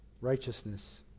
righteousness